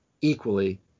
equally